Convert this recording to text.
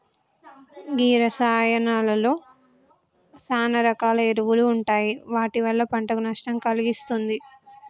గీ రసాయానాలలో సాన రకాల ఎరువులు ఉంటాయి వాటి వల్ల పంటకు నష్టం కలిగిస్తుంది